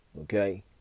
okay